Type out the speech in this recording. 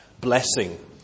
blessing